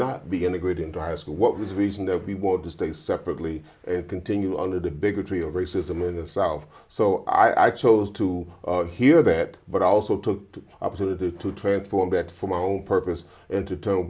not be integrated into high school what was the reason that we wanted to stay separately and continue under the bigotry or racism in the south so i chose to hear that but also to opportunity to transform that for my own purpose and to t